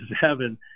heaven